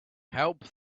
help